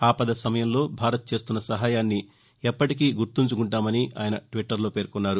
ఆపద సమయంలో భారత్ చేస్తున్న సహాయాన్ని ఎప్పటికీ గుర్తుంచుకుంటామని ఆయన ట్వీట్ చేశారు